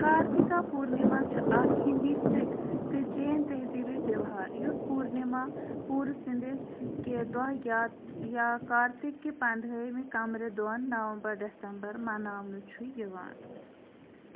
کارتِکا پُرنِما چھُ اَکھ ہِندی سِکھ تہٕ جین تہذیٖبی تہوار یُس پوٗرنِما پوٗرٕ سِندِکھ کہِ دۄہ یا یا کارتِک کہِ پنٛدہٲیمہِ کمرٕ دۄن نومبر ڈٮ۪سَمبَر مناونہٕ چھُ یِوان